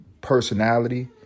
personality